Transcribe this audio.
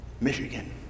Michigan